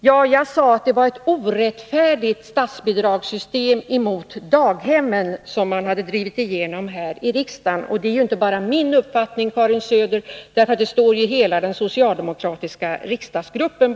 Ja, jag sade att man här i riksdagen har drivit igenom ett mot daghemmen orättfärdigt system. Det är inte bara min uppfattning, Karin Söder, utan den omfattas av hela den socialdemokratiska riksdagsgruppen.